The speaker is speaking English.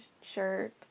shirt